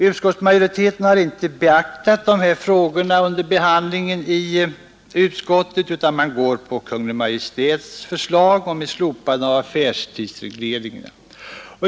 Utskottsmajoriteten har inte beaktat dessa frågor under behandlingen utan man går på Kungl. Maj:ts förslag om ett slopande av affärstidsregleringen.